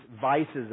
vices